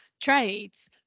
trades